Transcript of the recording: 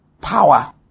power